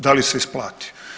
Da li se isplati?